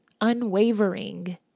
unwavering